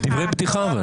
זה דברי פתיחה.